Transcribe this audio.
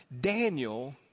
Daniel